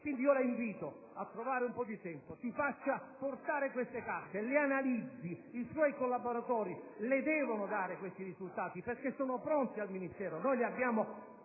Ministro, la invito a trovare un po' di tempo. Si faccia portare quelle carte. Le analizzi. I suoi collaboratori le devono dare questi risultati perché sono pronti al Ministero. Noi li abbiamo